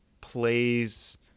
plays